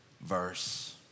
verse